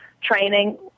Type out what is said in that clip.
training